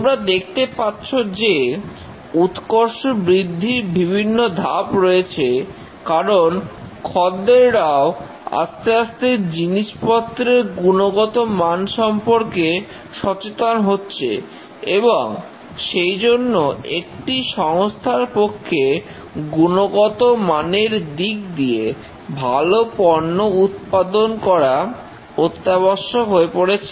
তোমরা দেখতে পাচ্ছ যে উৎকর্ষ বৃদ্ধির বিভিন্ন ধাপ রয়েছে কারণ খদ্দেররাও আস্তে আস্তে জিনিসপত্রের গুণগত মান সম্পর্কে সচেতন হচ্ছে এবং সেই জন্য একটি সংস্থার পক্ষে গুণগত মানের দিক দিয়ে ভালো পণ্য উৎপাদন করা অত্যাবশ্যক হয়ে পড়েছে